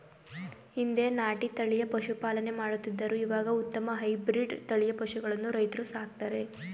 ಹಿಂದೆ ನಾಟಿ ತಳಿಯ ಪಶುಪಾಲನೆ ಮಾಡುತ್ತಿದ್ದರು ಇವಾಗ ಉತ್ತಮ ಹೈಬ್ರಿಡ್ ತಳಿಯ ಪಶುಗಳನ್ನು ರೈತ್ರು ಸಾಕ್ತರೆ